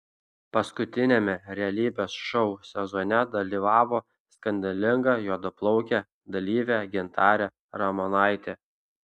paskutiniame realybės šou sezone dalyvavo skandalinga juodaplaukė dalyvė gintarė ramonaitė